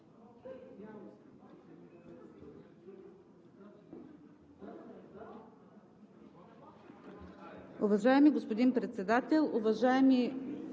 Уважаеми господин Председател, уважаеми